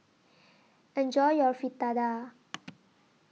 Enjoy your Fritada